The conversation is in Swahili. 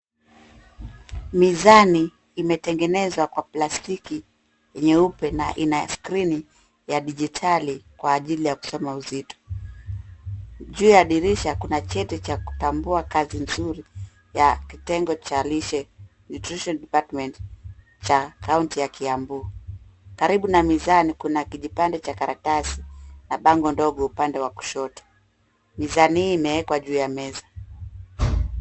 Mizani imetengenezwa kwa plastiki nyeupe na ina scrini ya digitali kwa ajili ya kusoma uzito. Juu ya dirisha kuna cheti cha kutambua kazi nzuri ya kitengo cha lishe,{cs} nutrition {cs} department cha kaunti ya Kiambu. Karibu na mizani kuna kijipande cha karatasi na bango ndogo upande wa kushoto. Mizani hii imewekwa juu ya meza.